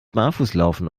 barfußlaufen